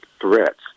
threats